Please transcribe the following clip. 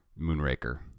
Moonraker